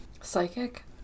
psychic